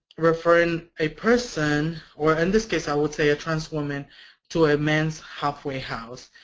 referring a person or in this case, i would say, a trans woman to a men's halfway house,